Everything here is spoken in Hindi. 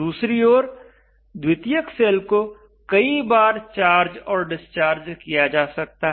दूसरी ओर द्वितीयक सेल को कई बार चार्ज और डिस्चार्ज किया जा सकता है